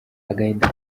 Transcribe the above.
agahinda